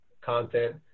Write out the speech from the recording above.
content